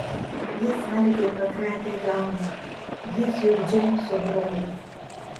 ji smarkiai pakratė galvą jis juk džeimso brolis